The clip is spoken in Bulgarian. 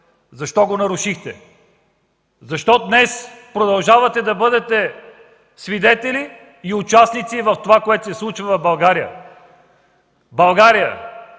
Защо го нарушихте? Защо днес продължавате да бъдете свидетели и участници в това, което се случва в България? В България